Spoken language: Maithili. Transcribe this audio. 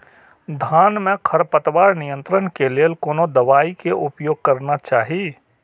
धान में खरपतवार नियंत्रण के लेल कोनो दवाई के उपयोग करना चाही?